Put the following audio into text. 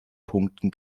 punkten